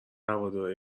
هوادارای